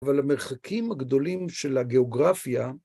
אבל המרחקים הגדולים של הגיאוגרפיה